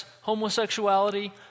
homosexuality